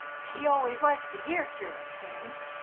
she always likes to hear cur'us things.